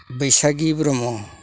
Baisagi Brahma